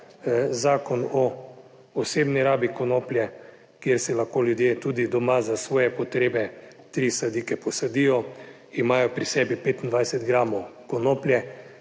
zakon o osebni rabi konoplje, kjer si lahko ljudje tudi doma za svoje potrebe tri sadike posadijo, imajo pri sebi 25 gramov konoplje